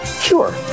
Sure